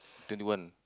twenty one